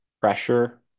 pressure